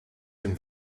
dem